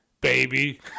baby